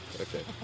Okay